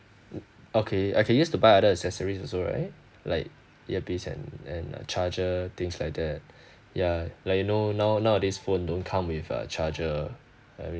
okay I can use to buy other accessories also right like earpiece and and uh charger things like that yeah like you know now nowadays phone don't come with a charger